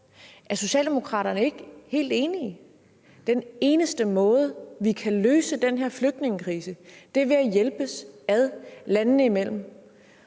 Er socialdemokraterne ikke helt enige? Den eneste måde, vi kan løse den her flygtningekrise på, er ved at hjælpes ad landene imellem.